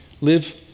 Live